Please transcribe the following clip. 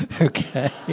okay